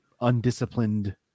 undisciplined